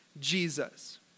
Jesus